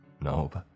Nope